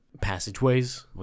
passageways